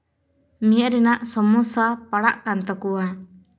ᱢᱮᱫ ᱨᱮᱱᱟᱜ ᱥᱚᱢᱚᱥᱥᱟ ᱯᱟᱲᱟᱜ ᱠᱟᱱ ᱛᱟᱠᱚᱣᱟ